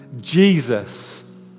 Jesus